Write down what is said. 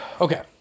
okay